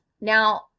Now